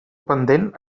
pendent